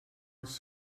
els